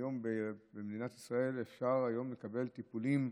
היום במדינת ישראל אפשר לקבל טיפולים,